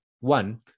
one